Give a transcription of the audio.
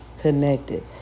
connected